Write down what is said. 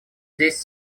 здесь